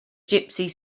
gypsies